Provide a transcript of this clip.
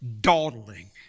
dawdling